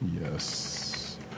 Yes